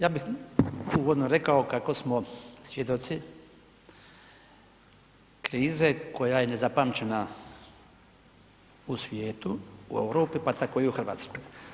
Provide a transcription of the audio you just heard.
Ja bih uvodno rekao kako smo svjedoci krize koja je nezapamćena u svijetu, u Europi, pa tako i u Hrvatskoj.